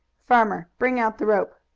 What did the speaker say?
farmer, bring out the rope.